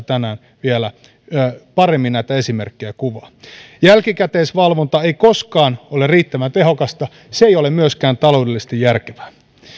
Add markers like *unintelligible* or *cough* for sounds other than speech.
*unintelligible* tänään vielä paremmin tästä näitä esimerkkejä kuvaa jälkikäteisvalvonta ei koskaan ole riittävän tehokasta ja se ei ole myöskään taloudellisesti järkevää